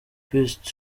pst